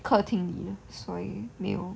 客厅里所以没有